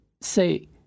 say